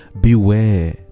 Beware